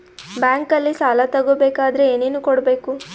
ಬ್ಯಾಂಕಲ್ಲಿ ಸಾಲ ತಗೋ ಬೇಕಾದರೆ ಏನೇನು ಕೊಡಬೇಕು?